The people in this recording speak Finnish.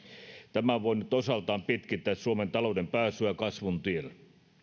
tämä on voinut osaltaan pitkittää suomen talouden pääsyä kasvun tielle